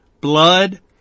Blood